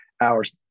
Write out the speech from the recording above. hours